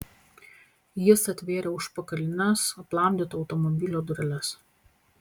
jis atvėrė užpakalines aplamdyto automobilio dureles